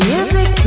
Music